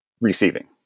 Receiving